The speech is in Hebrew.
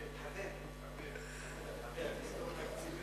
תזכור, תקציבי